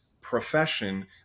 profession